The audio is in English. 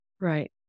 Right